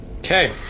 Okay